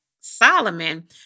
Solomon